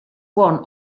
one